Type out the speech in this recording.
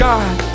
God